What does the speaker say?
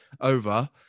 over